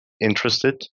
interested